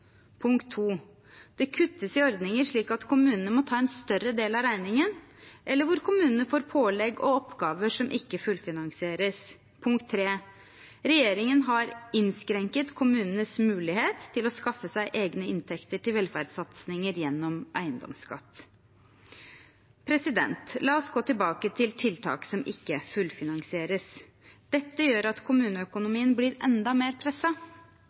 Det kuttes i ordninger, slik at kommunene må ta en større del av regningen, eller kommunene får pålegg og oppgaver som ikke fullfinansieres. Regjeringen har innskrenket kommunenes mulighet til å skaffe seg egne inntekter til velferdssatsinger gjennom eiendomsskatt. La oss gå tilbake til tiltak som ikke fullfinansieres. Dette gjør at kommuneøkonomien blir enda mer